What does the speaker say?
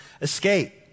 escape